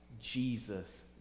Jesus